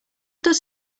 does